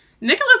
Nicholas